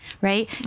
Right